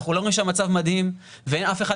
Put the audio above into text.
אנחנו לא אומרים שהמצב מדהים ואין אף אחד